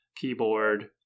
keyboard